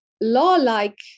law-like